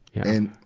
and,